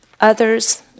others